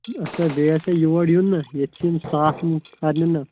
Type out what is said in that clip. اسا بیٚیہِ آسیا یور یُن نا ییٚتہِ چھ نہٕ ییٚتہِ چھ نہٕ صاف یِم کرنہِ نا